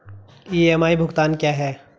EMI भुगतान क्या है?